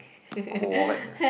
cold like ah